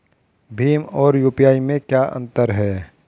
भीम और यू.पी.आई में क्या अंतर है?